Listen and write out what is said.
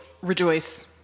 Rejoice